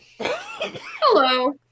hello